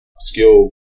skill